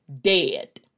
dead